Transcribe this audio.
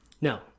No